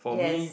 yes